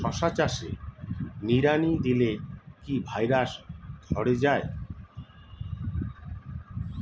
শশা চাষে নিড়ানি দিলে কি ভাইরাস ধরে যায়?